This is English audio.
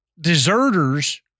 deserters